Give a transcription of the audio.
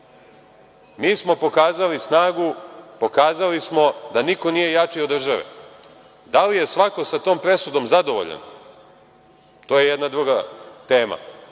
smo pokazali snagu, pokazali smo da niko nije jači od države. Da li je svako sa tom presudom zadovoljan? To je jedna druga tema,